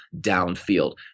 downfield